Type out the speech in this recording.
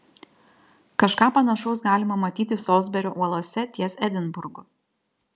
kažką panašaus galima matyti solsberio uolose ties edinburgu